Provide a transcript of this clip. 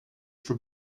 for